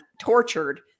tortured